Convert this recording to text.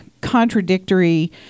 contradictory